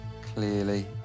Clearly